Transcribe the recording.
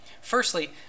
Firstly